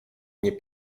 nie